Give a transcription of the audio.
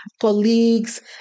colleagues